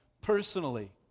personally